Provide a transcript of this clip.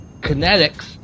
Kinetics